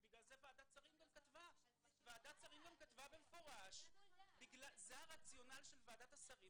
בגלל זה ועדת שרים כתבה במפורש וזה הרציונל שלה כשהוא